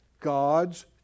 God's